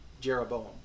Jeroboam